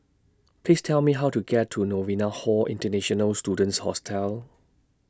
Please Tell Me How to get to Novena Hall International Students Hostel